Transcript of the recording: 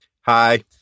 Hi